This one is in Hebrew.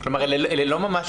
כלומר, אלה לא ממש